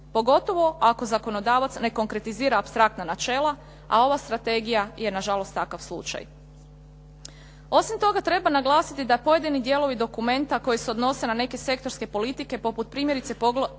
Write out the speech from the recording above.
pogotovo ako zakonodavac ne konkretizira apstraktna načela, a ova strategija je na žalost takav slučaj. Osim toga, treba naglasiti da pojedini dijelovi dokumenta koji se odnose na neke sektorske politike poput primjerice poglavlja